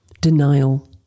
denial